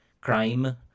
crime